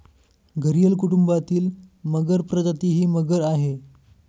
घरियल कुटुंबातील मगर प्रजाती ही मगर आहे